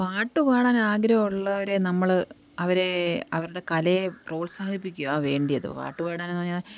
പാട്ടു പാടാൻ ആഗ്രഹമുള്ളവരെ നമ്മൾ അവരെ അവരുടെ കലയെ പ്രോത്സാഹിപ്പിക്കുവാൻ വേണ്ടത് പാട്ടുപാടാനെന്നു പറഞ്ഞാൽ